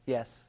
Yes